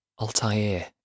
Altair